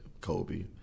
Kobe